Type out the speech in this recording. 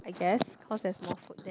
I guess cause there's more food there